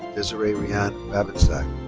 desiree riane babinsack.